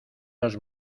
los